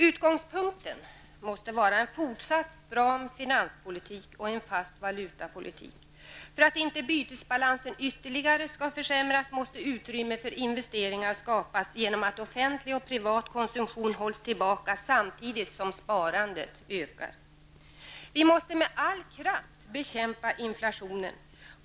Utgångspunkten måste vara en fortsatt stram finanspolitik och en fast valutapolitik. För att inte bytesbalansen ytterligare skall försämras, måste utrymme för investeringar skapas genom att offentlig och privat konsumtion hålls tillbaka samtidigt som sparandet ökar. Vi måste med all kraft bekämpa inflationen.